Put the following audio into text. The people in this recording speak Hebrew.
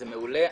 זה מעולה,